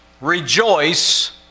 rejoice